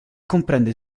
comprende